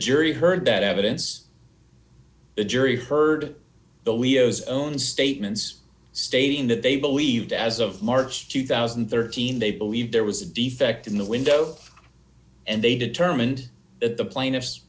jury heard that evidence the jury heard the leos own statements stating that they believed as of march two thousand and thirteen they believed there was a defect in the window and they determined that the plaintiffs